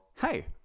hey